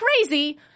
crazy